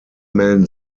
melden